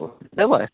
ओ देबै